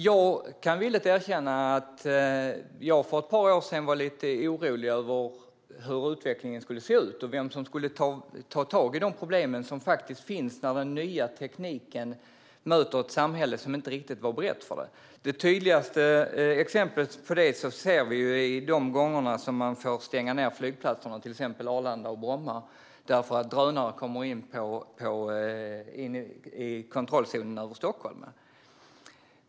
Jag kan villigt erkänna att jag för ett par år sedan var lite orolig över hur utvecklingen skulle se ut och vem som skulle ta tag i de problem som faktiskt finns när den nya tekniken möter ett samhälle som inte riktigt är berett. Det tydligaste exemplet på detta är de gånger man fått stänga till exempel Arlanda och Bromma därför att drönare kommit in i kontrollzonen över Stockholm.